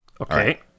Okay